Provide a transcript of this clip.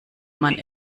man